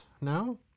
now